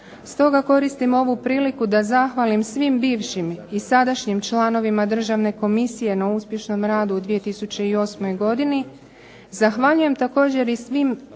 Stoga koristim ovu priliku da zahvalim svim bivšim i sadašnjim članovima državne komisije na uspješnom radu u 2008. godini. Zahvaljujem također i svim